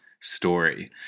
story